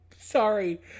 sorry